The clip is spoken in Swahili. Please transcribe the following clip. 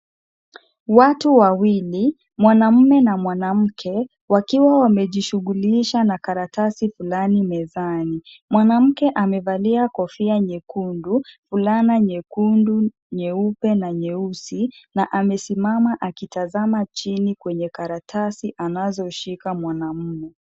Watu wawili, mwanamme na mwanamke, wakiwa wamejishughulisha na karatasi fulani mezani. Mwanamke amevalia kofia nyekundu, fulana nyekundu, nyeupe na nyeusi na amesimama akitazama chini kwenye karatasi anazoshika mwanamme.